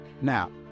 Now